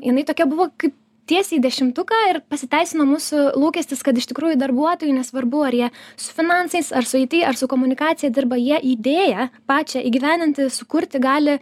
jinai tokia buvo kaip tiesiai į dešimtuką ir pasiteisino mūsų lūkestis kad iš tikrųjų darbuotojų nesvarbu ar jie su finansais ar su it ar su komunikacija dirba jie idėją pačią įgyvendinti sukurti gali